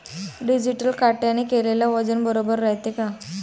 Digital काट्याने केलेल वजन बरोबर रायते का?